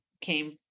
came